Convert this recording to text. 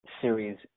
series